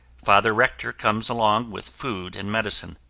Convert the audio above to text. father rektor comes along with food and medicine.